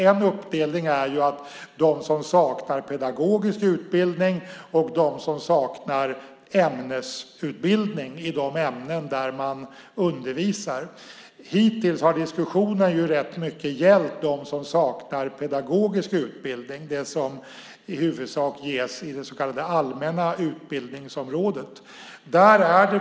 En uppdelning är mellan dem som saknar pedagogisk utbildning och dem som saknar ämnesutbildning i de ämnen de undervisar i. Hittills har diskussionen rätt mycket gällt dem som saknar pedagogisk utbildning, som i huvudsak ges inom det så kallade allmänna utbildningsområdet.